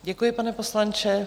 Děkuji, pane poslanče.